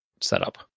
setup